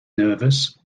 nervous